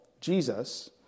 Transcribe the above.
Jesus